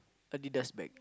Adidas bag